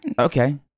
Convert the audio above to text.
okay